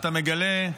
ואתה מגלה,